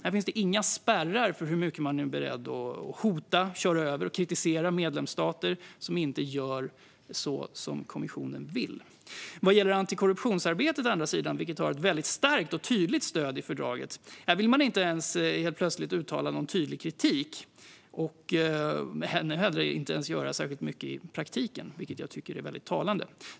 Där finns det inga spärrar för hur mycket man är beredd att hota, köra över och kritisera medlemsstater som inte gör som kommissionen vill. Men vad gäller antikorruptionsarbetet, vilket har ett väldigt starkt och tydligt stöd i fördraget, vill man plötsligt inte ens uttala någon tydlig kritik och inte heller göra särskilt mycket i praktiken. Det tycker jag är väldigt talande.